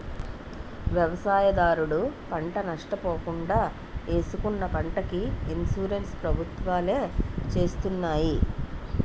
వ్యవసాయదారుడు పంట నష్ట పోకుండా ఏసుకున్న పంటకి ఇన్సూరెన్స్ ప్రభుత్వాలే చేస్తున్నాయి